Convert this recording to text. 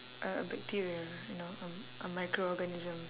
a a bacteria you know um a micro organism